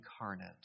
incarnate